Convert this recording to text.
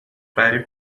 غریب